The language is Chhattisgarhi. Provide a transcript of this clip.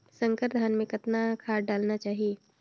संकर धान मे कतना खाद डालना चाही?